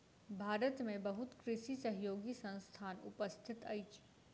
भारत में बहुत कृषि सहयोगी संस्थान उपस्थित अछि